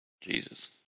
Jesus